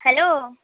hello